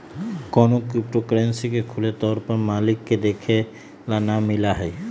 कौनो crypto currency के खुले तौर पर मालिक के देखे ला ना मिला हई